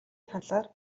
талаар